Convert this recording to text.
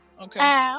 okay